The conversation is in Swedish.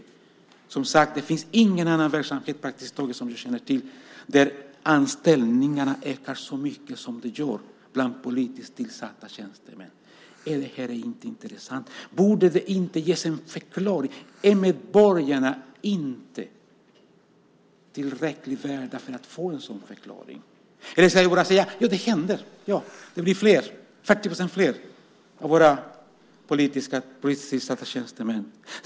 Det finns, som sagt, praktiskt taget ingen annan verksamhet som jag känner till där anställningarna ökar så mycket som bland politiskt tillsatta tjänstemän. Är inte detta intressant? Borde det inte ges en förklaring? Är medborgarna inte tillräckligt mycket värda för att få en sådan förklaring? Jag undrar om vi bara ska säga: Ja, det händer. Det blir 40 % fler politiskt tillsatta tjänstemän.